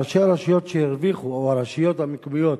ראשי הרשויות שהרוויחו, הרשויות המקומיות